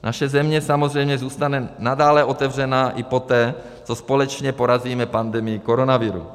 Naše země samozřejmě zůstane nadále otevřena i poté, co společně porazíme pandemii koronaviru.